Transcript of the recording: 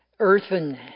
Earthen